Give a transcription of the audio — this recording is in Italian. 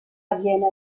avviene